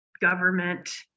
government